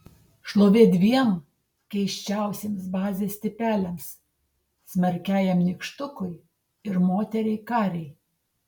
šlovė dviem keisčiausiems bazės tipeliams smarkiajam nykštukui ir moteriai karei